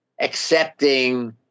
accepting